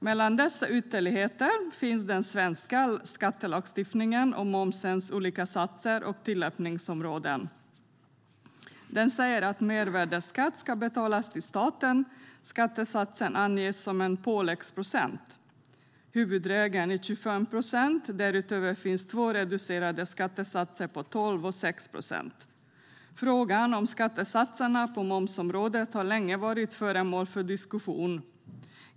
Mellan dessa ytterligheter finns den svenska skattelagstiftningen om momsens olika satser och tillämpningsområden. Den säger att mervärdesskatt ska betalas till staten och skattesatsen anges som en påläggsprocent. Huvudregeln är 25 procent, och därutöver finns två reducerade skattesatser på 12 och 6 procent. Frågan om skattesatserna på momsområdet har länge varit föremål för diskussion.